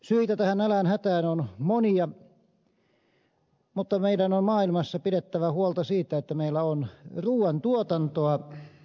syitä tähän nälänhätään on monia mutta meidän on maailmassa pidettävä huolta siitä että meillä on ruuantuotantoa